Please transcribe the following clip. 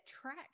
tracks